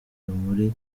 muri